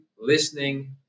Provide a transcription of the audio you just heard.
listening